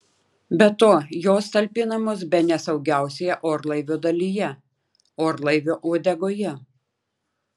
be to jos talpinamos bene saugiausioje orlaivio dalyje orlaivio uodegoje